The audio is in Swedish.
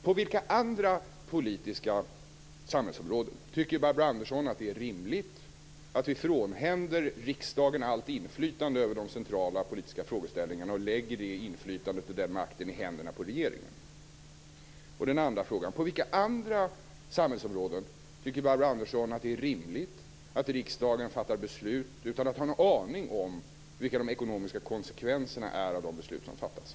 På vilka andra politiska och samhällsområden tycker Barbro Andersson att det är rimligt att vi frånhänder riksdagen allt inflytande över de centrala politiska frågorna och lägger det inflytandet och den makten i händerna på regeringen? På vilka andra samhällsområden tycker Barbro Andersson att det är rimligt att riksdagen fattar beslut utan att ha någon aning om vilka de ekonomiska konsekvenserna är av de beslut som fattas?